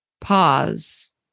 Pause